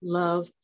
love